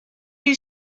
you